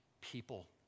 people